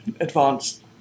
advanced